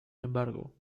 embargo